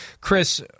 Chris